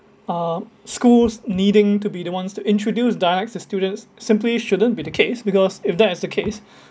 uh schools needing to be the ones to introduce dialects to students simply shouldn't be the case because if that's the case